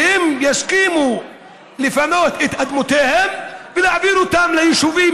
שהם יסכימו לפנות את אדמותיהם ושיעבירו אותם ליישובים,